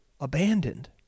abandoned